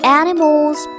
animals